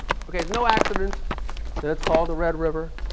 ok, no accident that it's called the red river.